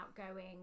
outgoing